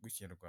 rw'ikinyarwanda.